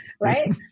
right